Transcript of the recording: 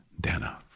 Dana